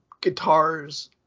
guitars